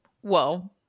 Whoa